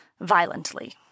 violently